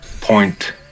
Point